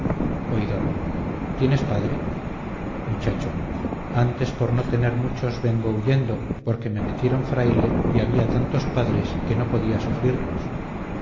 tienes padre muchacho antes por no tener muchos vengo huyendo porque me metieron fraile y había tantos padres que no podía sufrirlos